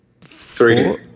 three